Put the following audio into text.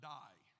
die